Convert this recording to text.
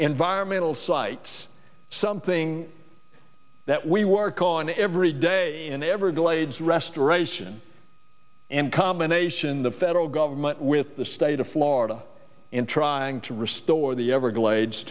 environmental sites something that we work on every day in everglades restoration and combination the federal government with the state of florida in trying to restore the everglades